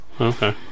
okay